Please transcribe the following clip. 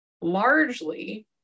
largely